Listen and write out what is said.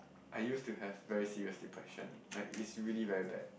I used to have very serious depression like is really very bad